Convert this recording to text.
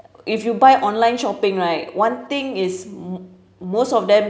if you buy online shopping right one thing is m~ most of them